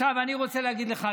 עכשיו אני רוצה להגיד לך,